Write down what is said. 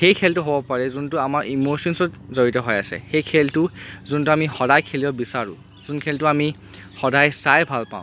সেই খেলটো হ'ব পাৰে যোনটো আমাৰ ইম'শ্যনছত জড়িত হৈ আছে সেই খেলটো যোনটো আমি সদায় খেলিব বিচাৰোঁ যোন খেলটো আমি সদায় চাই ভাল পাওঁ